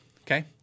Okay